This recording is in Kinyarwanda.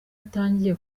atangiye